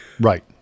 Right